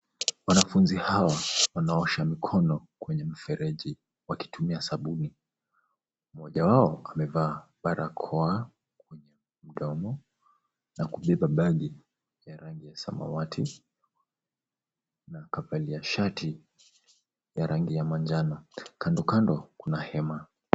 Wanafunzi hawa wanaosha mikono kwenye mferenji wakitumia sabuni, mmoja wao amevaa barakoa mdomo, na kubeba begi ya rangi ya samawati, na akavalia shati ya rangi ya majano, kando kando kuna hema.